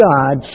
God